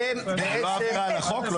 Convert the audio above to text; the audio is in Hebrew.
זאת לא עבירה על החוק?